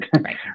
right